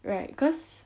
right cause